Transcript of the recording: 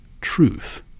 truth